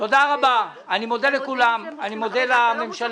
תודה רבה, אני מודה לכולם, אני מודה לממשלה.